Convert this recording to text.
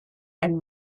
and